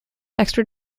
extra